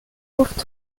گفت